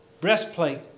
Breastplate